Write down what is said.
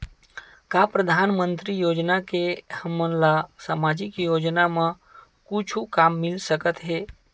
का परधानमंतरी योजना से हमन ला सामजिक योजना मा कुछु काम मिल सकत हे?